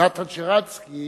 נתן שרנסקי